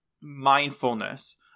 mindfulness